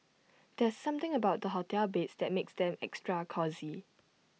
there's something about the hotel beds that makes them extra cosy